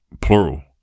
plural